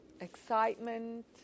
excitement